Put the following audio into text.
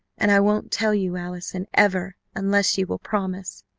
and i won't tell you, allison, ever, unless you will promise!